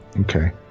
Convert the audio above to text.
Okay